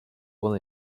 one